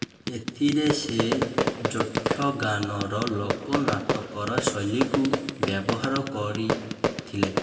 ଏଥିରେ ସେ ଯକ୍ଷଗାନର ଲୋକନାଟକ ଶୈଳୀକୁ ବ୍ୟବହାର କରିଥିଲେ